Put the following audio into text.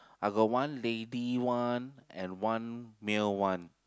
I got one lady one and one male one